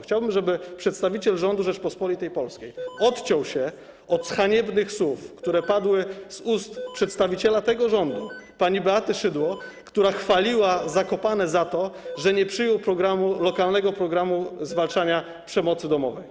Chciałbym, żeby przedstawiciel rządu Rzeczypospolitej Polskiej odciął się od haniebnych słów, które padły z ust przedstawiciela tego rządu pani Beaty Szydło, która chwaliła Zakopane za to, że nie przyjęło lokalnego programu zwalczania przemocy domowej.